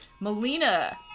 Melina